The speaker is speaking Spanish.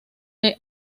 del